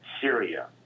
Syria